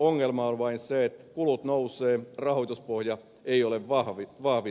ongelma on vain se että kulut nousevat rahoituspohja ei ole vahvistunut